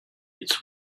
its